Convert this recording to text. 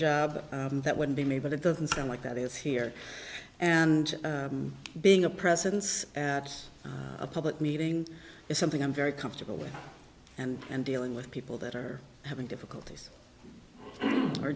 job that would be me but it doesn't sound like that is here and being a presence at a public meeting is something i'm very comfortable with and and dealing with people that are having difficulties are